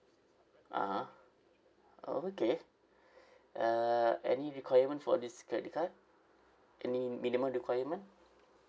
ah oh okay uh any requirement for this credit card any minimum requirement